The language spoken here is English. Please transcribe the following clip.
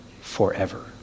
forever